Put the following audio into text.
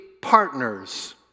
partners